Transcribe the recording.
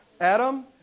Adam